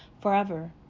forever